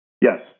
Yes